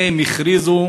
שניהם הכריזו